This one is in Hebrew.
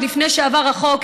עוד לפני שעבר החוק,